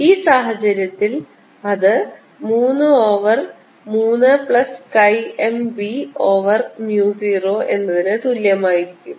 ഈ സാഹചര്യത്തിൽ അത് 3 over 3 plus chi m b over mu 0 എന്നതിനു തുല്യമായിരിക്കും